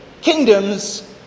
kingdoms